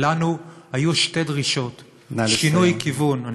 לנו היו שתי דרישות: שינוי כיוון, נא לסיים.